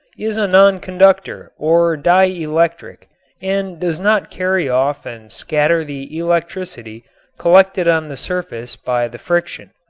is a non-conductor or di-electric and does not carry off and scatter the electricity collected on the surface by the friction.